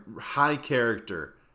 high-character